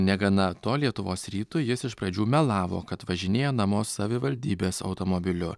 negana to lietuvos rytui jis iš pradžių melavo kad važinėja namo savivaldybės automobiliu